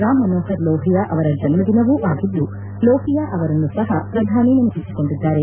ರಾಮ್ಮನೋಹರ್ ಲೋಹಿಯಾ ಅವರ ಜನ್ಣದಿನವೂ ಆಗಿದ್ದು ಲೋಹಿಯಾ ಅವರನ್ನು ಸಹ ಶ್ರಧಾನಿ ನೆನಪಿಸಿಕೊಂಡಿದ್ದಾರೆ